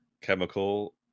chemical